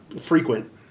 frequent